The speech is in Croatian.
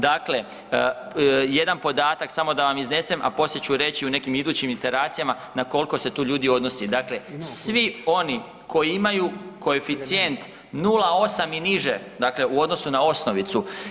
Dakle, jedan podatak samo da vam iznesen, a poslije ću reći u nekim idućim interacijama na kolko se tu ljudi odnosi, dakle, svi oni koji imaju koeficijent 0,8 i niže, dakle u odnosu na osnovicu.